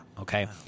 okay